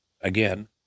again